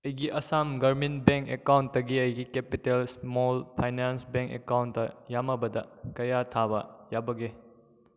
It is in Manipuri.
ꯑꯩꯒꯤ ꯑꯁꯥꯝ ꯒ꯭ꯔꯥꯃꯤꯟ ꯕꯦꯡ ꯑꯦꯀꯥꯎꯟꯗꯒꯤ ꯑꯩꯒꯤ capital small finance bank account ꯌꯥꯝꯃꯕꯗ ꯀꯌꯥ ꯊꯥꯕ ꯌꯥꯕꯒꯦ